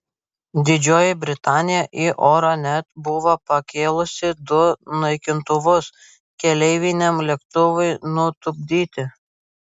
didžioji britanija į orą net buvo pakėlusi du naikintuvus keleiviniam lėktuvui nutupdyti